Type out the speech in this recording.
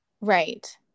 right